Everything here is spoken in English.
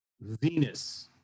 Venus